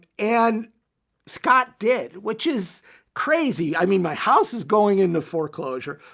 and scott did, which is crazy. i mean, my house is going into foreclosure.